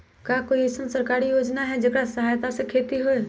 का कोई अईसन सरकारी योजना है जेकरा सहायता से खेती होय?